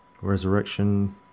resurrection